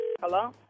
Hello